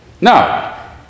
Now